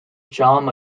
john